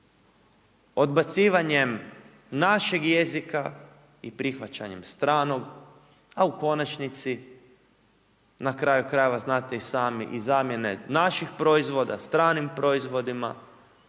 odbacivanjem našeg jezika i prihvaćanjem stranog, a u konačnici na kraju krajeva znate i sami i zamjene naših proizvoda stranim proizvodima